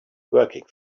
working